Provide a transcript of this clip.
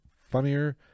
funnier